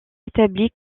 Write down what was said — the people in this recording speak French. établi